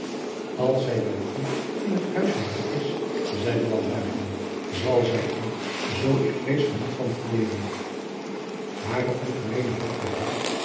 als zij bij u in het huishouden is zeide dan buisman zal zij er zoo ik vrees genoeg van verleeren hare ongemeene vatbaarheid